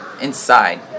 inside